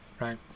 right